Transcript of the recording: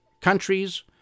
countries